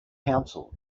council